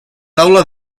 taula